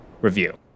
review